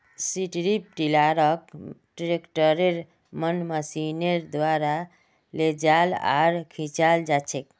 strip टीलारक ट्रैक्टरेर मन मशीनेर द्वारा लेजाल आर खींचाल जाछेक